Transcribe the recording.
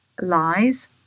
lies